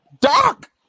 Doc